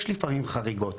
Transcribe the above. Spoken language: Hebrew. יש לפעמים חריגות,